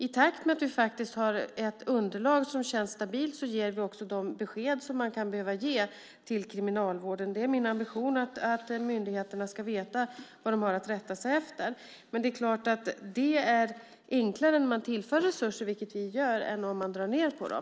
I takt med att vi har ett underlag som känns stabilt ger vi också de besked som kan behöva ges till Kriminalvården. Det är min ambition att myndigheterna ska veta vad de har att rätta sig efter. Det är enklare när man tillför resurser, vilket vi gör, än om man drar ned på dem.